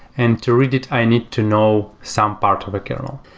and to read it, i need to know some part of a kernel.